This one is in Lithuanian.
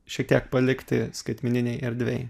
šiek tiek palikti skaitmeninėj erdvėj